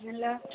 hello